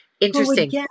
Interesting